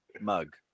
Mug